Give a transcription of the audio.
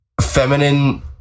feminine